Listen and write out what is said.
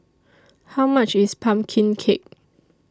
How much IS Pumpkin Cake